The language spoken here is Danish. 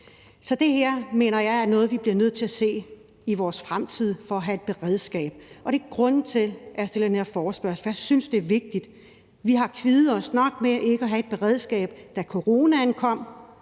Så det her mener jeg er noget, vi bliver nødt til at se på i vores fremtid for at have et beredskab, og det er grunden til, at jeg har stillet den her forespørgsel. Jeg synes, det er vigtigt. Vi har døjet nok med ikke at have et beredskab, da coronaen kom.